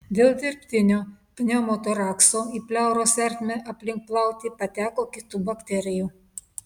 dėl dirbtinio pneumotorakso į pleuros ertmę aplink plautį pateko kitų bakterijų